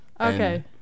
Okay